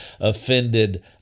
offended